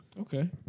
Okay